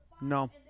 No